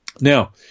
Now